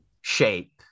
shape